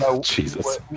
Jesus